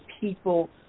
people